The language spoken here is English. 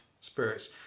spirits